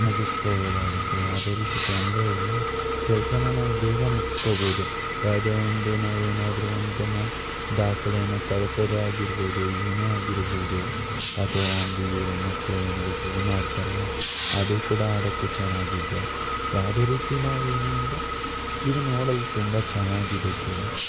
ಮುಗಿಸ್ಕೋಬೋದಾಗುತ್ತೆ ಯಾವ್ದೇ ರೀತಿ ತೊಂದರೆ ಇಲ್ಲ ಕೆಲ್ಸಾನ ನಾವು ಬೇಗ ಮುಗಿಸ್ಕೋಬೋದು ಯಾವುದೇ ಒಂದು ನಾವು ಏನಾದ್ರೂ ಒಂದನ್ನು ದಾಖಲೆಯನ್ನು ಕಳಿಸೋದೇ ಆಗಿರ್ಬೋದು ಏನೇ ಆಗಿರ್ಬೋದು ಅಥವಾ ಒಂದು ಇವರು ಮಕ್ಳು ಏನಿದೆ ಗೇಮ್ ಆಡ್ತಾರಲ್ಲ ಅದೂ ಕೂಡ ಆಡೋಕ್ಕೂ ಚೆನ್ನಾಗಿದೆ ಯಾವುದೇ ರೀತಿ ನಾವು ಏನೇ ಅಂದರೂ ಇದು ನೋಡಲು ತುಂಬ ಚೆನ್ನಾಗಿದೆ ಕೂಡ